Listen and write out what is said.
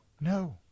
No